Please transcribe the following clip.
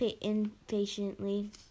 impatiently